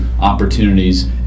opportunities